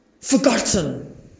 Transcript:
forgotten